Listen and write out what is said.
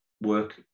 work